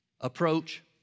approach